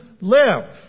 live